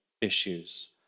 issues